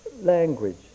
language